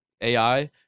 AI